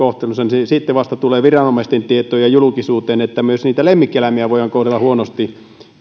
vasta sitten tulee viranomaisten tietoon ja julkisuuteen että myös niitä lemmikkieläimiä voidaan kohdella huonosti